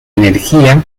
energía